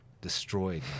destroyed